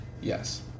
Yes